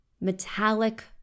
metallic